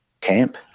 Camp